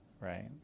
right